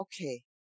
okay